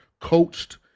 coached